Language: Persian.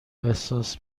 احساس